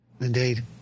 Indeed